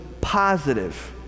Positive